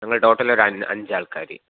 ഞങ്ങൾ ടോട്ടലൊര് അഞ്ച് ആൾക്കാർ